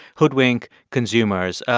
hoodwink consumers.